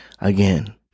Again